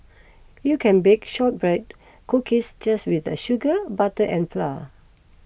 you can bake Shortbread Cookies just with the sugar butter and flour